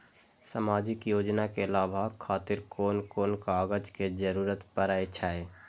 सामाजिक योजना के लाभक खातिर कोन कोन कागज के जरुरत परै छै?